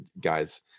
guys